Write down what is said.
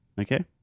okay